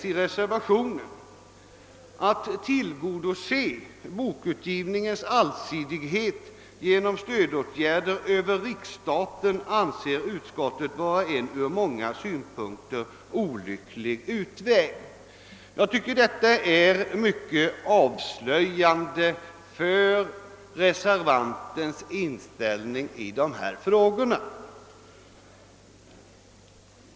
I reservationen sägs: »Att tillgodose bokutgivningens allsidighet genom stödåtgärder över riksstaten anser utskottet vara en ur många synpunkter olycklig utväg.» Jag tycker att detta är mycket avslöjande för reservantens inställning till dessa frågor.